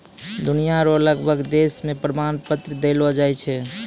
दुनिया रो लगभग देश मे प्रमाण पत्र देलो जाय छै